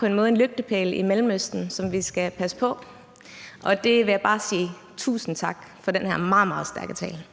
på en måde er en lygtepæl i Mellemøsten, som vi skal passe på. Og derfor vil jeg bare sige tusind tak for den her meget, meget stærke tale.